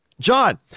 John